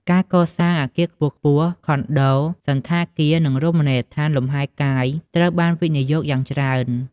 ការសាងសង់អគារខ្ពស់ៗ ខុនដូ សណ្ឋាគារនិងរមណីយដ្ឋានលំហែកាយត្រូវបានវិនិយោគយ៉ាងច្រើន។